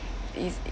is